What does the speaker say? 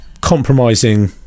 compromising